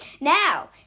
Now